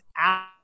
out